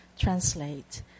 translate